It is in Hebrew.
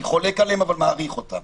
אני חולק עליהם אבל מעריך אותם